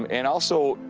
um and also,